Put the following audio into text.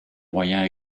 moyen